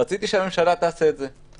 רציתי שהממשלה תעשה את זה.